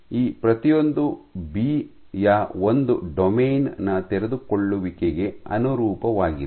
ಈ ಪ್ರತಿಯೊಂದೂ ಬಿ ಯ ಒಂದು ಡೊಮೇನ್ ನ ತೆರೆದುಕೊಳ್ಳುವಿಕೆಗೆ ಅನುರೂಪವಾಗಿದೆ